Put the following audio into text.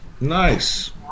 Nice